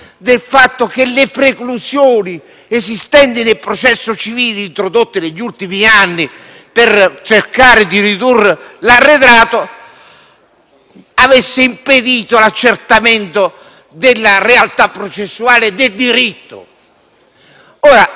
del fatto che le preclusioni esistenti nel processo civile, introdotte negli ultimi anni per cercare di ridurre l'arretrato, avessero impedito l'accertamento della realtà processuale e del diritto.